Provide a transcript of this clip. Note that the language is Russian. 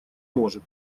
может